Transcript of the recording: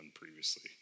previously